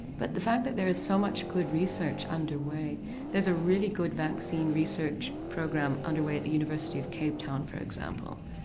but the fact that there is so much good research underway there's a really good vaccine research program underway at the university of cape town for example,